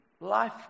Life